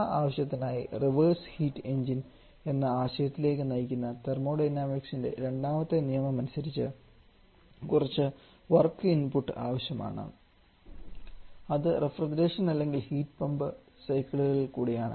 ആ ആവശ്യത്തിനായി reverse heat engine എന്ന ആശയത്തിലേക്ക് നയിക്കുന്ന തെർമോഡൈനാമിക്സിന്റെ രണ്ടാമത്തെ നിയമമനുസരിച്ച് കുറച്ച് വർക്ക് ഇൻപുട്ട് ആവശ്യമാണ് അത് റഫ്രിജറേഷൻ അല്ലെങ്കിൽ ഹീറ്റ് പമ്പ് സൈക്കിളുകൾ കൂടിയാണ്